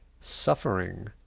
suffering